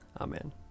Amen